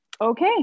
Okay